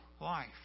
life